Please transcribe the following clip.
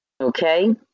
Okay